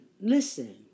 Listen